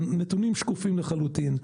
והנתונים שקופים לחלוטין.